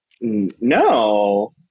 no